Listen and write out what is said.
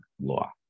law